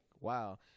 Wow